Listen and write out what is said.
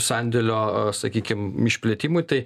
sandėlio sakykim išplėtimui tai